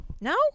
No